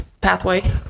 pathway